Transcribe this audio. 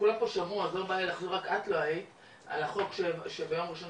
כולם פה שמעו אז לא באל לי לחזור רק את לא היית על החוק שביום ראשון